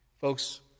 Folks